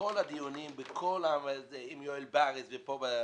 שבכל הדיונים עם יואל בריס ופה בוועדה,